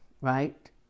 right